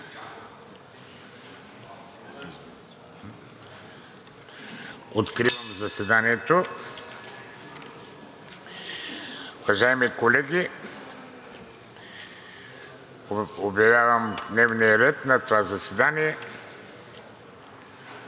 Откривам заседанието. Уважаеми колеги, обявявам дневния ред на това заседание,